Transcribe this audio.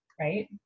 right